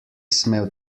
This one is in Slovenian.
smel